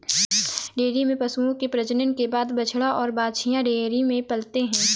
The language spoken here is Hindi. डेयरी में पशुओं के प्रजनन के बाद बछड़ा और बाछियाँ डेयरी में पलते हैं